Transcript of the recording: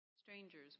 Strangers